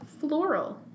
Floral